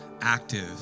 active